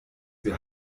wir